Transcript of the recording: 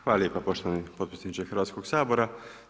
Hvala lijepa poštovani potpredsjedniče Hrvatskog sabora.